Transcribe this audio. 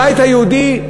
הבית היהודי,